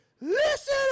listen